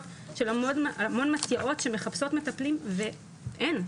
של המון מתיאות שמחפשות מטפלים ואין.